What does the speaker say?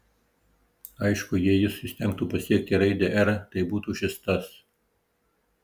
aišku jei jis įstengtų pasiekti raidę r tai būtų šis tas